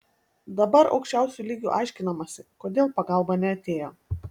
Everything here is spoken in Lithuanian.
dabar aukščiausiu lygiu aiškinamasi kodėl pagalba neatėjo